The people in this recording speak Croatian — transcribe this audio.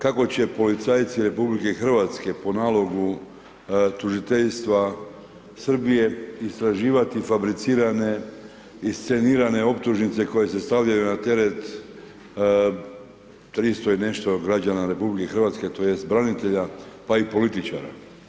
Kako će policajci RH po nalogu tužiteljstva Srbije istraživati fabricirane i scenirane optužnice koje se stavljaju na teret 300 i nešto građana RH tj. branitelja, pa i političara.